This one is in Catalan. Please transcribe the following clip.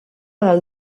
del